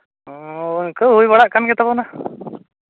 ᱤᱝᱠᱟᱹ ᱦᱩᱭ ᱵᱟᱲᱟᱜ ᱠᱟᱱ ᱜᱮ ᱛᱟᱵᱚᱱᱟ